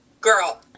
girl